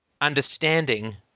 understanding